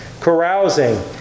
carousing